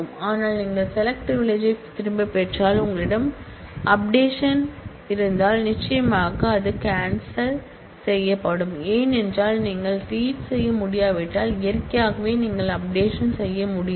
ஆனால் நீங்கள் செலக்ட் பிரிவிலிஜ்யை திரும்பப் பெற்றால் உங்களிடம் புதுப்பிப்பு பிரிவிலிஜ்யும் இருந்தால் நிச்சயமாக அது கேன்சல் செய்யப்படும் ஏனென்றால் நீங்கள் ரீட் செய்ய முடியாவிட்டால் இயற்கையாகவே நீங்கள் அப்டேஷன் செய்ய முடியாது